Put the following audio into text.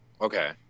Okay